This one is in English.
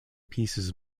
pieces